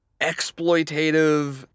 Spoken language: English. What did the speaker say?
exploitative